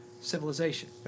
civilization